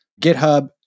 GitHub